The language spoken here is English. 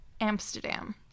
Amsterdam